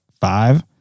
five